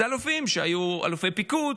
אלה אלופים שהיו אלופי פיקוד,